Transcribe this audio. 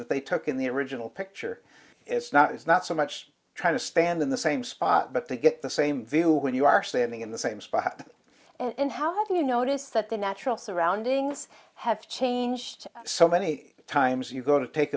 that they took in the original picture it's not it's not so much trying to stand in the same spot but they get the same view when you are standing in the same spot and how do you notice that the natural surroundings have changed so many times you go to take